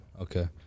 okay